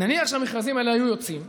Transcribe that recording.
נניח שהמכרזים האלה היו יוצאים,